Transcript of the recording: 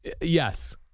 Yes